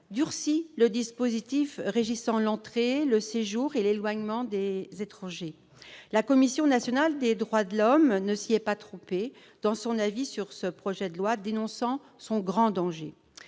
durcit le dispositif régissant l'entrée, le séjour et l'éloignement des étrangers. La Commission nationale consultative des droits de l'homme ne s'y est pas trompée dans son avis sur ce projet de loi, dénonçant son grand danger.